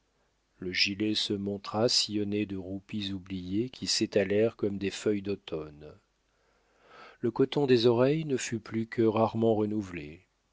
le gilet se montra sillonné de roupies oubliées qui s'étalèrent comme des feuilles d'automne le coton des oreilles ne fut plus que rarement renouvelé